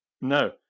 no